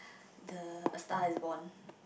the a-Star-is-Born